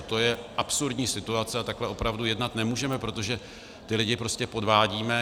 To je absurdní situace a takhle opravdu jednat nemůžeme, protože ty lidi prostě podvádíme!